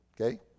Okay